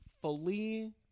fully –